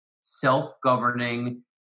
self-governing